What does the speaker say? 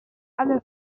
alle